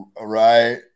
Right